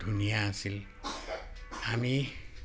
ধুনীয়া আছিল আমি